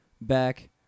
back